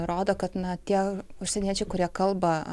rodo kad na tie užsieniečiai kurie kalba